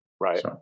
Right